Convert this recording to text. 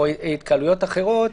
או התקהלויות אחרות,